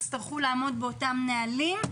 תצטרכו לעמוד באותם נהלים,